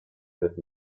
wird